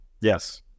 Yes